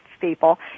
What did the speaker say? people